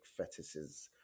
fetuses